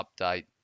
update